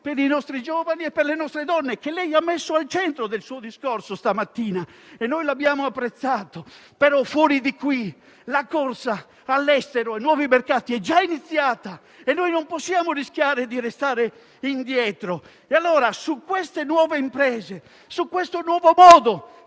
per i nostri giovani e per le nostre donne, che lei ha messo al centro del suo discorso stamattina, e noi l'abbiamo apprezzato. Fuori di qui, però, la corsa all'estero e ai nuovi mercati è già iniziata e non possiamo rischiare di restare indietro. Allora su queste nuove imprese, su questo nuovo modo